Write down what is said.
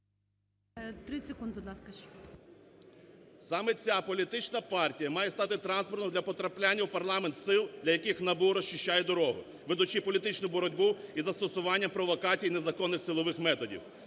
Саме ця політична партія має стати транспортом для потрапляння в парламент сил, для яких НАБУ розчищає дорогу, ведучи політичну боротьбу із застосування провокацій, незаконних силових методів.